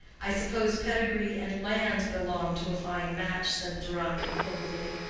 i suppose pedigree and land belong to a fine match, said deronda, coldly.